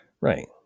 Right